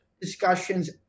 discussions